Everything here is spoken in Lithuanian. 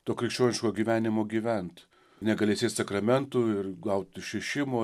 to krikščioniško gyvenimo gyvent negalės eit sakramentų ir gaut išrišimo